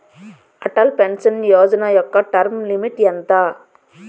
Atal pension Yojana యెక్క term limit ఎంత?